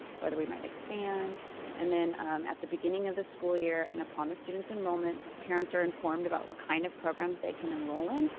whether we might expand and then at the beginning of the school year and upon the students enrollment parents are informed about what kind of programs they can enroll in,